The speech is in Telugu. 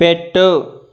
పెట్టు